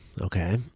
okay